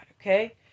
Okay